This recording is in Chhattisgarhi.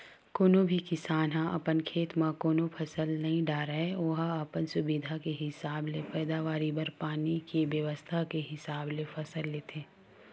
कोनो भी किसान ह अपन खेत म कोनो फसल नइ डारय ओहा अपन सुबिधा के हिसाब ले पैदावारी बर पानी के बेवस्था के हिसाब ले फसल लेथे